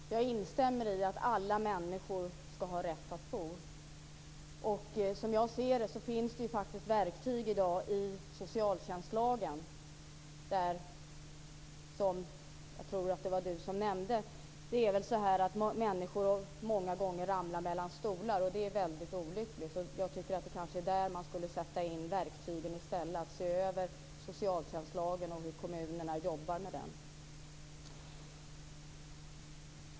Fru talman! Jag instämmer i att alla människor ska ha rätt att bo. Som jag ser det finns det faktiskt verktyg i dag i socialtjänstlagen. Jag tror att det var Ronny Olander som nämnde att det många gånger är så att människor ramlar mellan stolar. Det är väldigt olyckligt. Jag tycker att det kanske är där man kanske skulle sätta in verktygen i stället. Man skulle se över socialtjänstlagen och hur kommunerna jobbar med den.